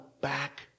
back